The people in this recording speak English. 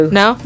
no